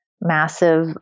massive